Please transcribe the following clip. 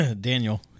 Daniel